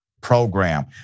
program